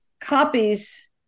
copies